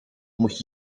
moet